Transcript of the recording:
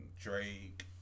Drake